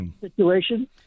situation